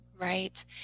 Right